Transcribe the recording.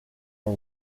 for